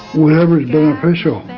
whatever is beneficial.